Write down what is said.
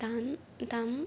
तान् तम्